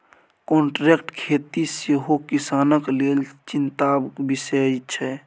contract खेती सेहो किसानक लेल चिंताक बिषय छै